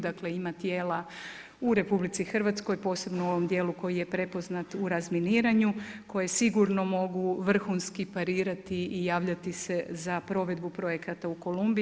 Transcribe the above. Dakle, ima tijela u RH posebno u ovom dijelu koji je prepoznat u razminiranju koje sigurno mogu vrhunski parirati i javljati se na provedbu projekata u Kolumbiji.